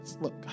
Look